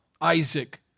Isaac